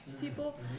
people